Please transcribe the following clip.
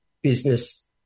business